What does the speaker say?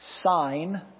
sign